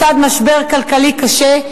לצד משבר כלכלי קשה,